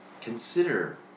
consider